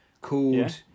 Called